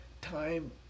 time